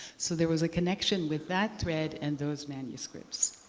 so there was a connection with that thread and those manuscripts.